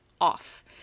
off